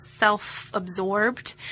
self-absorbed